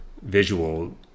visual